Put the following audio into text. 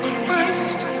Christ